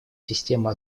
система